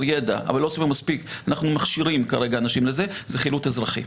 ידע - אנחנו מכשירים כרגע אנשים לזה - זה חילוט אזרחי.